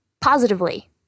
positively